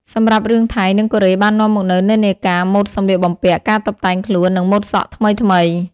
សម្រាប់រឿងថៃ និងកូរ៉េបាននាំមកនូវនិន្នាការម៉ូដសម្លៀកបំពាក់ ការតុបតែងខ្លួន និងម៉ូដសក់ថ្មីៗ។